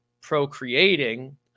procreating